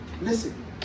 Listen